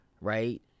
right